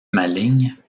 maligne